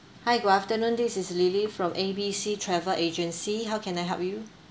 hi good afternoon this is lily from A B C travel agency how can I help you